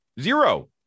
Zero